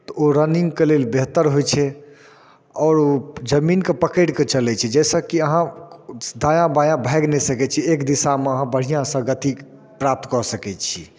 ओ रनिंगके लेल बेहतर होइ छै और ओ जमीनके पकैड़के चलै छै जेइ से कि अहाँ दायाँ बायाँ भाइग नै सकै छी एक दिशामे अहाँ बढ़िआँ से गति प्राप्त कऽ सकै छी